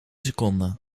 seconden